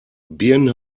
birnen